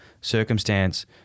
circumstance